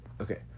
okay